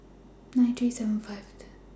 nine three seven Fifth